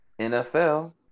NFL